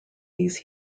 these